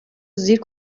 زیر